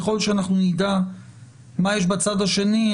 ככל שאנחנו נדע מה יש בצד השני,